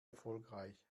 erfolgreich